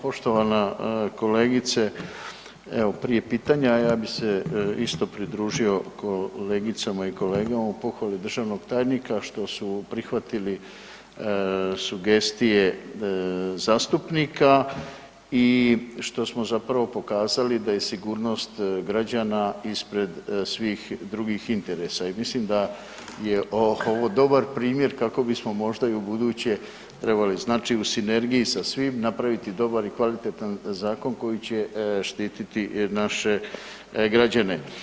Poštovana kolegice, evo prije pitanja, ja bi se isto pridružio kolegicama i kolegama u pohvali državnog tajnika što su prihvatili sugestije zastupnika i što smo zapravo pokazali da je sigurnost građana ispred svih drugih interesa i mislim da je ovo dobar primjer kako bismo možda i u buduće trebali znači, u sinergiji sa svima napraviti dobar i kvalitetan zakon koji će štititi naše građane.